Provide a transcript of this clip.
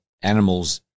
animals